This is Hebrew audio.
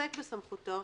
שעוסק בסמכותו,